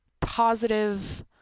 positive